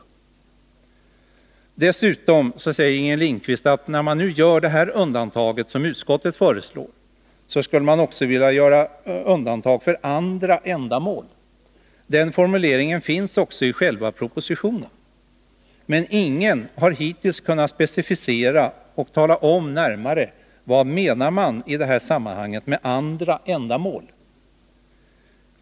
Inger Lindquist säger vidare att man, om man nu gör det undantag som utskottet föreslår, också skulle vilja göra undantag för andra ändamål. Denna formulering finns också i själva propositionen. Men ingen har hittills kunnat specificera vad som i detta sammanhang menas med andra ändamål.